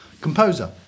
composer